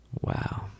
wow